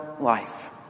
life